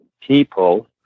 people